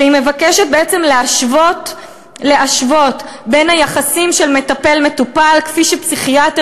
והיא מבקשת להשוות זאת ליחסים של מטפל מטופל: כפי שפסיכיאטר